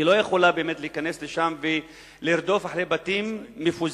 היא לא יכולה באמת להיכנס לשם ולרדוף אחרי בתים מפוזרים,